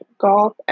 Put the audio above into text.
Golf